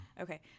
Okay